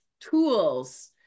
tools